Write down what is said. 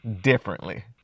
differently